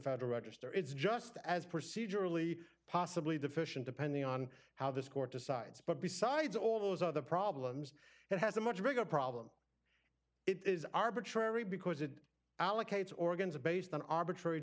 federal register it's just as procedurally possibly deficient depending on how this court decides but besides all those other problems it has a much bigger problem it is arbitrary because it allocates organs based on arbitrary